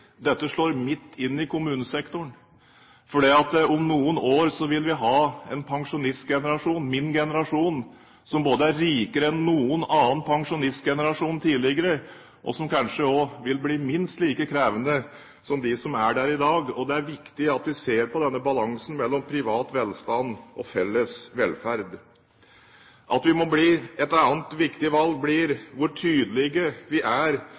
dette slår midt inn i kommunesektoren: Om noen år vil vi ha en pensjonistgenerasjon – min generasjon – som både er rikere enn noen annen pensjonistgenerasjon tidligere, og som kanskje også vil bli minst like krevende som den som er der i dag, og det er viktig at vi ser på denne balansen mellom privat velstand og felles velferd. Et annet viktig valg blir hvor tydelige vi er